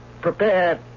prepared